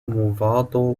movado